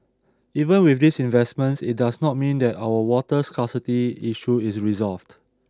even with these investments it does not mean that our water scarcity issue is resolved